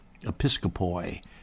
Episcopoi